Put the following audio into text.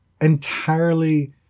entirely